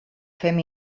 fem